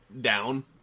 down